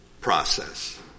process